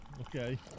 Okay